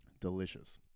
Delicious